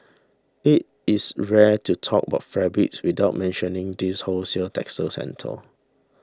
it is rare to talk about fabrics without mentioning this wholesale textile centre